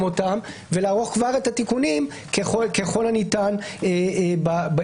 אותם ולערוך כבר את התיקונים ככל הניתן בחוק.